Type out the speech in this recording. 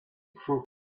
crook